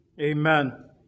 Amen